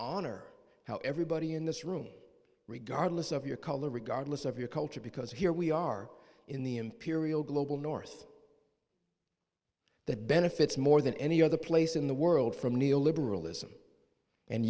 honor how everybody in this room regardless of your color regardless of your culture because here we are in the imperial global north that benefits more than any other place in the world from neo liberalism and